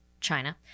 China